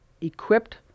Equipped